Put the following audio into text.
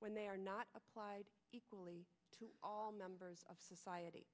when they are not applied equally to all members of society